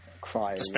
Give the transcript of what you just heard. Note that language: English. crying